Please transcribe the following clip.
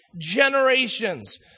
generations